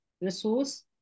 Resource